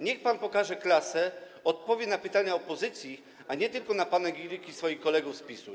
Niech pan pokaże klasę, odpowie na pytania opozycji, a nie tylko na panegiryki swoich kolegów z PiS-u.